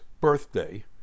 birthday